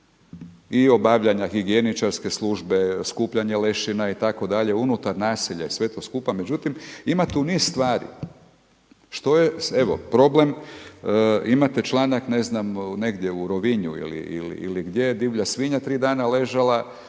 i obavljanja higijeničarske službe, skupljanje lešina itd., unutar naselja i sve to skupa, međutim ima tu niz stvari. Što je problem? Evo imate članak ne znam negdje u Rovinju ili gdje, divlja svinja tri dana ležala,